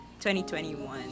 2021